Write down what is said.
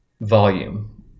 volume